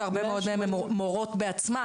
יש הרבה מאוד מהן מורות בעצמן,